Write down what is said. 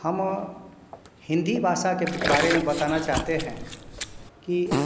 हम हिंदी भाषा के बा बारे में बताना चाहते हैं कि